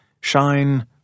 shine